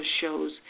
shows